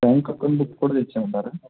bank account book కూడా తెచ్చి ఇవ్వమంటారా